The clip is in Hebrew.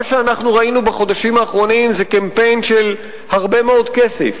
מה שאנחנו ראינו בחודשים האחרונים זה קמפיין של הרבה מאוד כסף,